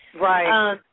Right